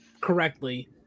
correctly